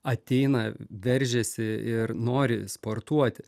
ateina veržiasi ir nori sportuoti